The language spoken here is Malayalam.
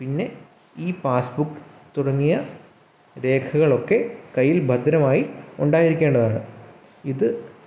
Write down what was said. പിന്നെ ഇ പാസ്സ്ബുക്ക് തുടങ്ങിയ രേഖകൾ ഒക്കെ കയ്യിൽ ഭദ്രമായി ഉണ്ടായിരിക്കേണ്ടതാണ് ഇത്